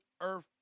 earth